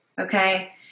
Okay